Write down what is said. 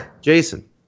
Jason